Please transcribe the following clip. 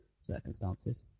circumstances